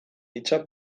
hitza